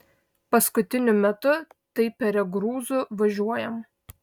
paskutiniu metu tai peregrūzu važiuojam